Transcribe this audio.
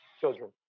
children